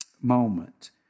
moment